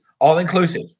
all-inclusive